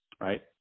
right